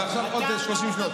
ועכשיו עוד 30 שניות.